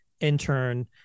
intern